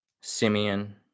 Simeon